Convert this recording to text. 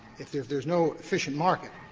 if there's there's no efficient market,